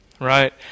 right